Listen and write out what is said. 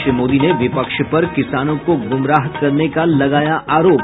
श्री मोदी ने विपक्ष पर किसानों को गुमराह करने का लगाया आरोप